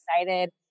excited